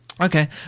okay